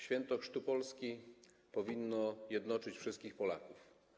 Święto Chrztu Polski powinno jednoczyć wszystkich Polaków.